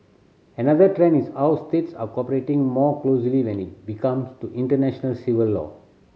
another trend is how states are cooperating more closely when it becomes to international civil law